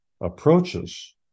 approaches